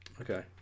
Okay